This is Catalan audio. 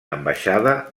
ambaixada